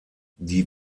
die